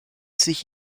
sich